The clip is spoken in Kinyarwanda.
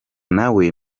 nawe